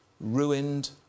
Ruined